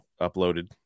uploaded